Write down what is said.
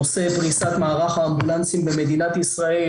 נושא פריסת מערך האמבולנסים במדינת ישראל,